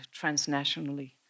transnationally